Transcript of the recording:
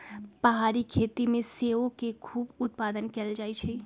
पहारी खेती में सेओ के खूब उत्पादन कएल जाइ छइ